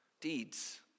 Deeds